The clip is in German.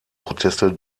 proteste